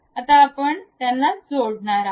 आता आपण त्यांना जोडणार आहोत